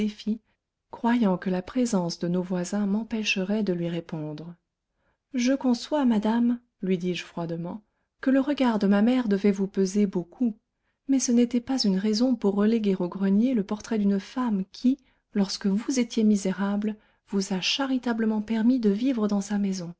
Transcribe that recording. défi croyant que la présence de nos voisins m'empêcherait de lui répondre je conçois madame lui dis-je froidement que le regard de ma mère devait vous peser beaucoup mais ce n'était pas une raison pour reléguer au grenier le portrait d'une femme qui lorsque vous étiez misérable vous a charitablement permis de vivre dans sa maison